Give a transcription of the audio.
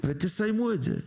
ותסיימו את זה.